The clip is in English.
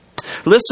Listen